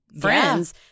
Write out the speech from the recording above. friends